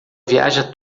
viaja